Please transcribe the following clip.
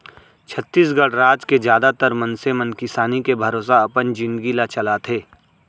छत्तीसगढ़ राज के जादातर मनसे मन किसानी के भरोसा अपन जिनगी ल चलाथे